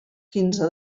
quinze